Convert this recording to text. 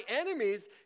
enemies